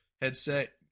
headset